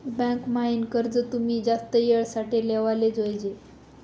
bank म्हाईन कर्ज तुमी जास्त येळ साठे लेवाले जोयजे